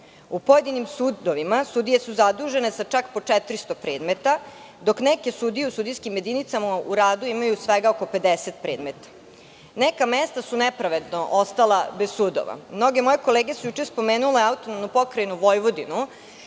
U pojedinim sudovima sudije su zadužene sa čak po 400 predmeta, dok neke sudije u sudijskim jedinicama u radu imaju svega oko 50 predmeta. Neka mesta su nepravedno ostala bez sudova. Mnoge moje kolege su juče spomenule AP Vojvodinu.